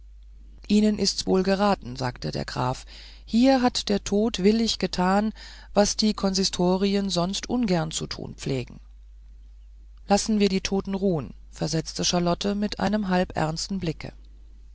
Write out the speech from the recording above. ihnen ists wohl geraten sagte der graf hier hat der tod willig getan was die konsistorien sonst nur ungern zu tun pflegen lassen wir die toten ruhen versetzte charlotte mit einem halb ernsten blicke